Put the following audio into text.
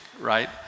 right